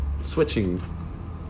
switching